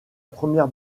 première